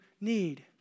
need